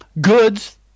goods